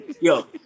yo